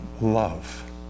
love